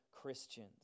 Christians